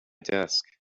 desk